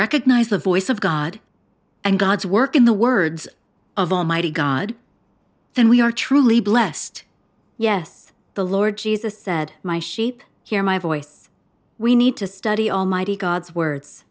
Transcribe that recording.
recognize the voice of god and god's work in the words of almighty god then we are truly blessed yes the lord jesus said my sheep hear my voice we need to study almighty god's words